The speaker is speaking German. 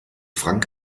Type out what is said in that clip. frank